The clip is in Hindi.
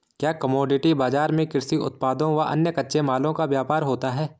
क्या कमोडिटी बाजार में कृषि उत्पादों व अन्य कच्चे मालों का व्यापार होता है?